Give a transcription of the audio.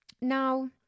now